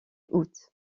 août